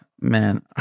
man